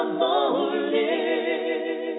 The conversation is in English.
morning